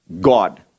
God